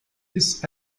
bis